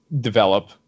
develop